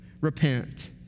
Repent